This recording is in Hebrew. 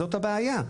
זו הבעיה.